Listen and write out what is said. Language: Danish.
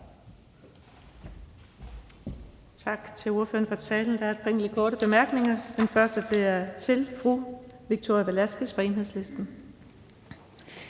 Tak til ordføreren for talen. Der er et par korte bemærkninger, og den første er fra Victoria Velasquez fra Enhedslisten.